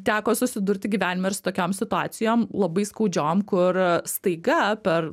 teko susidurti gyvenime ir su tokiom situacijom labai skaudžiom kur staiga per